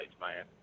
man